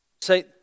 Say